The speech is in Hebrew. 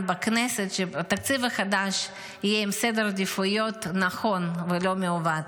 בכנסת יהיה עם סדר עדיפויות נכון ולא מעוות.